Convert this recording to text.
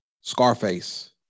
Scarface